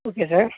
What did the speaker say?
okay sir